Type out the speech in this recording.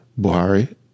Buhari